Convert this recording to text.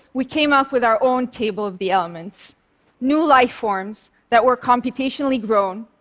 we came up with our own table of the elements new lifeforms that were computationally grown,